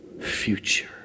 future